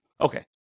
Okay